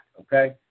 okay